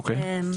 אוקיי.